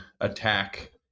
attack